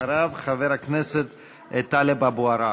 אחריו, חבר הכנסת טלב אבו עראר.